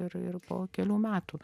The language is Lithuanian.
ir ir po kelių metų